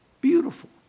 beautiful